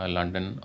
London